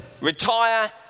retire